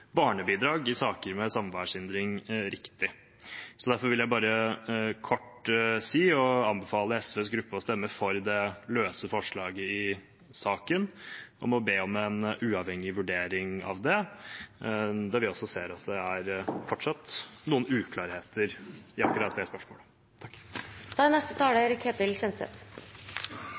barnebidrag i saker med samværshindring riktig. Derfor vil jeg bare kort si at jeg anbefaler SVs gruppe å stemme for det løse forslaget i saken, om å be om en uavhengig vurdering av det, for vi ser at det fortsatt er noen uklarheter i akkurat det spørsmålet. Det er